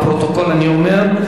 לפרוטוקול אני אומר.